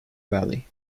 valley